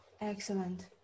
excellent